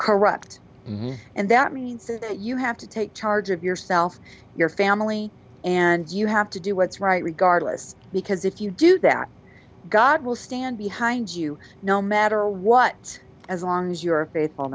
me and that means that you have to take charge of yourself your family and you have to do what's right regardless because if you do that god will stand behind you no matter what as long as you're a